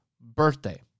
birthday